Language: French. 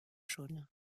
jaune